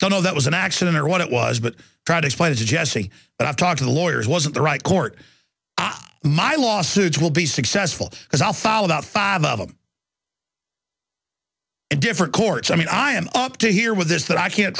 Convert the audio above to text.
know that was an accident or what it was but try to explain it to jesse but i've talked to the lawyers wasn't the right court my lawsuits will be successful because i followed out five of them different courts i mean i am up to here with this that i can't